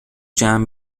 جمع